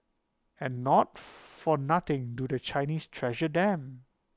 and not for nothing do the Chinese treasure then